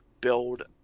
build